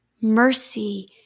Mercy